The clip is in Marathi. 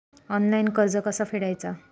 ऑनलाइन कर्ज कसा फेडायचा?